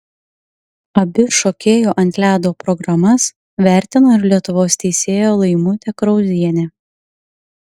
abi šokėjų ant ledo programas vertino ir lietuvos teisėja laimutė krauzienė